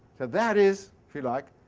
that is, if you like,